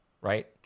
right